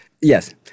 Yes